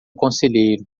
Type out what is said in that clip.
conselheiro